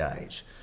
age